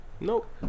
Nope